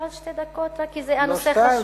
אפשר עוד שתי דקות, כי הנושא חשוב?